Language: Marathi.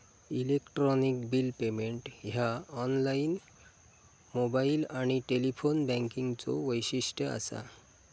इलेक्ट्रॉनिक बिल पेमेंट ह्या ऑनलाइन, मोबाइल आणि टेलिफोन बँकिंगचो वैशिष्ट्य असा